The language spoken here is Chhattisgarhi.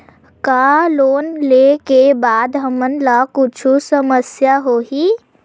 का लोन ले के बाद हमन ला कुछु समस्या होही?